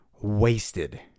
wasted